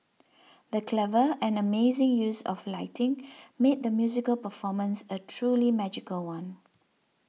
the clever and amazing use of lighting made the musical performance a truly magical one